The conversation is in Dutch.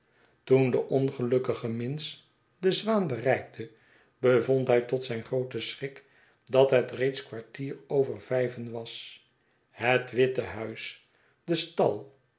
toen de ongelukkige minns de zwaan beaugustus minns en zijn neef reikte bevond hij tot zijn grooten schrik dat het reeds kwartier over vijven was het witte huis de stal